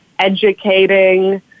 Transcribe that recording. educating